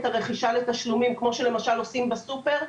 הרכישה לתשלומים כמו שלמשל עושים בסופר.